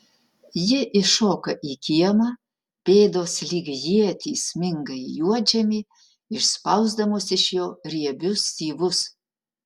ji iššoka į kiemą pėdos lyg ietys sminga į juodžemį išspausdamos iš jo riebius syvus